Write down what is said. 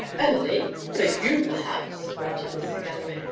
early! for you perhaps, grunted mr. galloway.